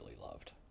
loved